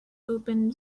opened